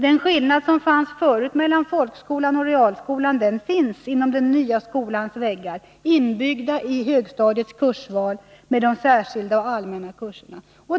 Den skillnad som fanns förut mellan folkskolan och realskolan finns också inom den nya skolans väggar, inbyggd i högstadiets kursval med de särskilda och allmänna kurserna.